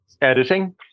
editing